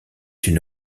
une